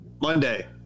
Monday